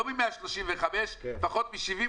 לא מ-135 מיליארד שקל,